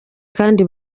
kandi